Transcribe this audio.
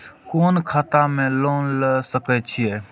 कोन खाता में लोन ले सके छिये?